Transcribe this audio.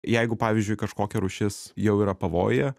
jeigu pavyzdžiui kažkokia rūšis jau yra pavojuje